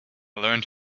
learned